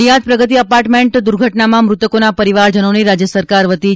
Nadiad Pragati apartment દુર્ઘટનામાં મૃતકોના પરિવારજનોને રાજ્ય સરકાર વતી રૂ